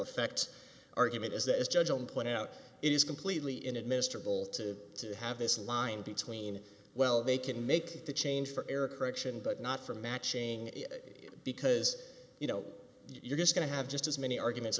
effect argument is that as judge on point out it is completely in administer bowl to have this line between well they can make the change for error correction but not for matching it because you know you're just going to have just as many arguments